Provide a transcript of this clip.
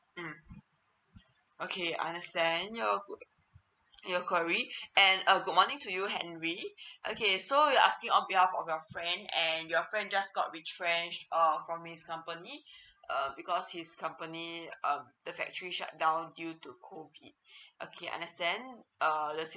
mm okay understand your your enquiry and a good morning to you henry okay so you're asking on behalf of your friend and your friend just got retrenched uh from his company uh because his company uh the factory shut down due to COVID okay understand err the